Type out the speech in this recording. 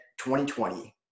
2020